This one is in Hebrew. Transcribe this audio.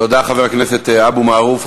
תודה, חבר הכנסת אבו מערוף.